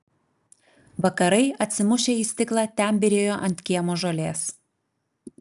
vakarai atsimušę į stiklą ten byrėjo ant kiemo žolės